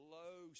low